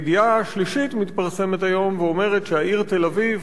ידיעה שלישית מתפרסמת היום ואומרת שהעיר תל-אביב